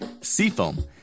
Seafoam